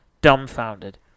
dumbfounded